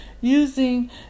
using